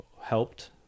helped